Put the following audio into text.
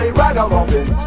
ragamuffin